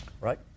right